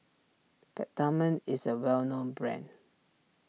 Peptamen is a well known brand